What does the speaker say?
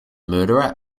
murderer